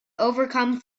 overcome